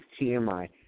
TMI